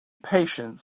patient